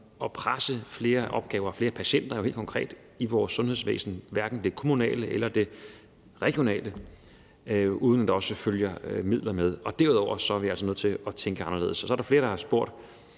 at presse flere opgaver og flere patienter ind i vores sundhedsvæsen, hverken det kommunale eller regionale, uden at der også følger midler med, og derudover er vi også nødt til at tænke anderledes. Så er der flere, der har spurgt,